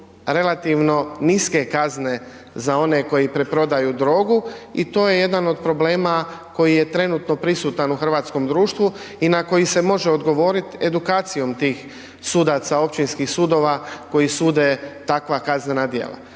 relativno niske kazne za one koji preprodaju drogu i to je jedan od problema koji je trenutno prisutan u hrvatskom društvu i na koji se može odgovoriti edukacijom tih sudaca općinskih sudova koji sude takva kaznena djela.